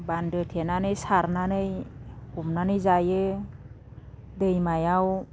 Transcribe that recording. बानदो थेनानै सारनानै हमनानै जायो दैमायाव